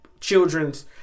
children's